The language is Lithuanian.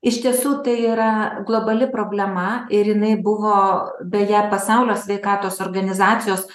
iš tiesų tai yra globali problema ir jinai buvo beje pasaulio sveikatos organizacijos